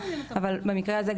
אבל במקרה הזה,